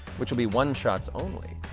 which'll be oneshots only.